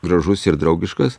gražus ir draugiškas